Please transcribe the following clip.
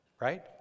Right